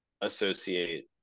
associate